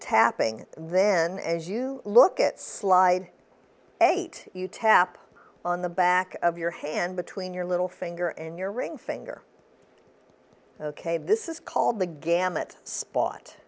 tapping then as you look at slide eight you tap on the back of your hand between your little finger and your ring finger ok this is called the gamut spot